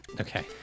okay